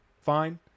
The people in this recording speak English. fine